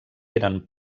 eren